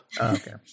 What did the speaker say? Okay